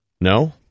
No